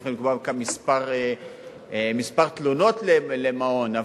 יכולים אולי לקבוע מספר תלונות למעון,